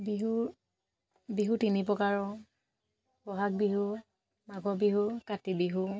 বিহুৰ বিহু তিনি প্ৰকাৰৰ বহাগ বিহু মাঘ বিহু কাতি বিহু